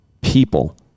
people